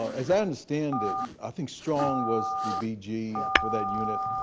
as i understand it, i think strong was the b g. for that unit.